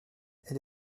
elle